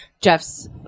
Jeff's